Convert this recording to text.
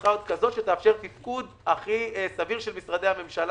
צריכה להיות כזאת שתאפשר תפקוד הכי סביר של משרדי הממשלה,